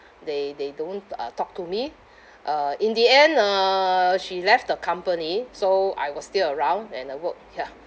they they don't uh talk to me uh in the end uh she left the company so I was still around and I work ya